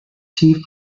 tea